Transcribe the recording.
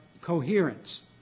coherence